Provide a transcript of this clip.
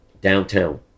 downtown